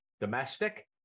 domestic